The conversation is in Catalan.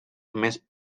més